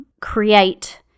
create